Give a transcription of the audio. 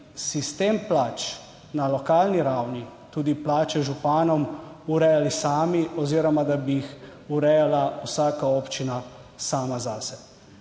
sistem plač na lokalni ravni, tudi plače županom, urejali sami oziroma da bi jih urejala vsaka občina sama zase.